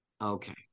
Okay